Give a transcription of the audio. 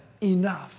enough